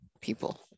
people